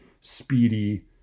speedy